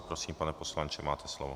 Prosím, pane poslanče, máte slovo.